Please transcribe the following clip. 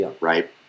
right